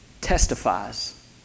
testifies